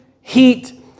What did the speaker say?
heat